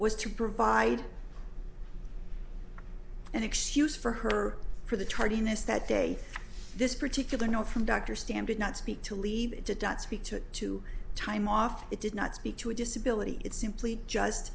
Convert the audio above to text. was to provide an excuse for her for the tardiness that day this particular note from dr standard not speak to leave did not speak to to time off it did not speak to a disability it simply just